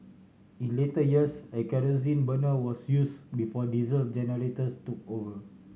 in later years a kerosene burner was use before diesel generators took over